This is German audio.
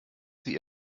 sie